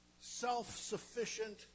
self-sufficient